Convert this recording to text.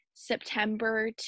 September